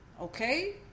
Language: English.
okay